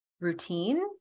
routine